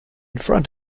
front